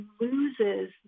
loses